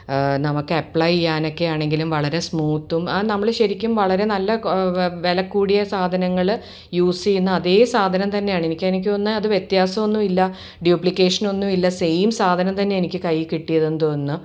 നമുക്ക് അപ്ലൈ ചെയ്യാനൊക്കെ ആണെങ്കിലും വളരെ സ്മൂത്തും നമ്മൾ ശരിക്കും വളരെ നല്ല വില കൂടിയ സാധനങ്ങൾ യൂസ് ചെയ്യുന്ന അതേ സാധനം തന്നെയാണ് എനിക്കത് തോന്നുന്ന വ്യത്യാസമൊന്നുല്ല ഡ്യൂപ്ലിക്കേഷന് ഒന്നുമില്ല സെയിം സാധനം തന്നെയാണ് എനിക്ക് കയ്യിൽ കിട്ടിയത് എന്ന് തോന്നുന്നു